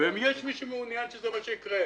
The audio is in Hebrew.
ויש מי שמעוניין שזה מה שיקרה,